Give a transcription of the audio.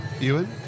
Ewan